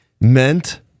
meant